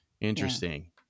Interesting